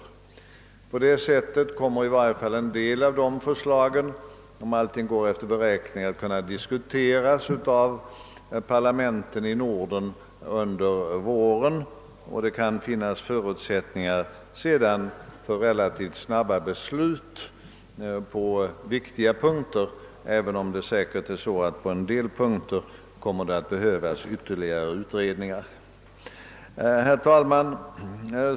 På det sättet kommer i varje fall en del av des sa förslag, om allt går efter beräkningarna, att kunna diskuteras i parlamenten i Norden under våren. Därefter kan det finnas förutsättningar för relativt snabba beslut på viktiga punkter, även om det givetvis på en del punkter kommer att behövas ytterligare utredningar. Herr talman!